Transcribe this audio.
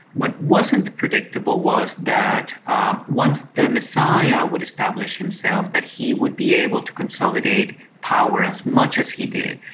what wasn't predictable was that um once the messiah would establish himself that he would be able to consolidate power as much as he did,